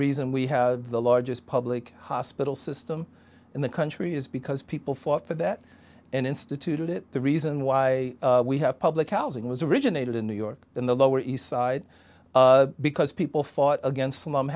reason we have the largest public hospital system in the country is because people fought for that and instituted it the reason why we have public housing was originated in new york in the lower east side because people fought against s